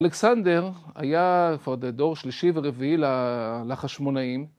אלכסנדר היה כבר דור שלישי ורביעי לחשמונאים.